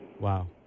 Wow